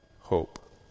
hope